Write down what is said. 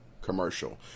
commercial